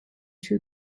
two